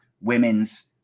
women's